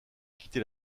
quitté